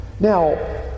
Now